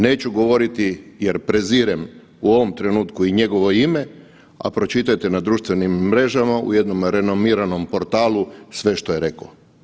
Neću govoriti jer prezirem u ovom trenutku i njegovo ime, a pročitajte na društvenim mrežama u jednom renomiranom portalu sve što je rekao.